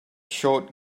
showed